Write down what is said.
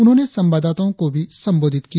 उन्होंने संवाददाताओ को भी संबोधित किया